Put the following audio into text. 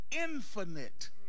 infinite